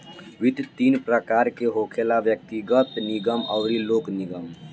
वित्त तीन प्रकार के होखेला व्यग्तिगत, निगम अउरी लोक निगम